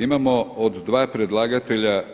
Imamo od dva predlagatelja,